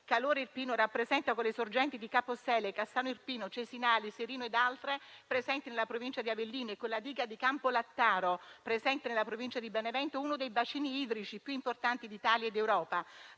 Calore Irpino rappresenta, con le sorgenti di Caposele, Cassano Irpino, Cesinali, Serino ed altre, presenti nella provincia di Avellino, e con la Diga di Campolattaro presente nella provincia di Benevento, uno dei bacini idrici più importanti d'Italia e d'Europa